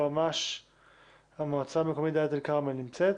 יועמ"ש המועצה המקומית דלית אל כרמל, נמצאת?